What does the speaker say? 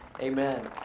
Amen